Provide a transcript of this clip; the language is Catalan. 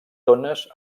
tones